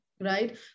right